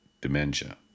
dementia